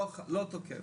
לא תקף,